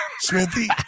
Smithy